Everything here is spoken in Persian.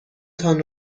تان